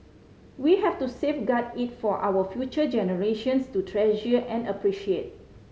we have to safeguard it for our future generations to treasure and appreciate